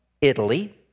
Italy